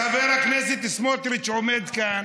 לחבר הכנסת סמוטריץ, חבר הכנסת סמוטריץ עומד כאן,